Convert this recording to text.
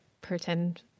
pretend